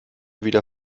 wieder